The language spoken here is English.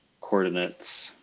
coordinates.